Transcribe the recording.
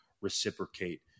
reciprocate